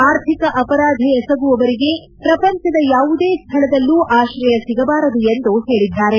ಅರ್ಥಿಕ ಅಪರಾಧ ಎಸಗುವವರಿಗೆ ಪ್ರಪಂಚದ ಯಾವುದೇ ಸ್ಥಳದಲ್ಲೂ ಆಕ್ರಯ ಸಿಗಬಾರದು ಎಂದು ಹೇಳಿದ್ದಾರೆ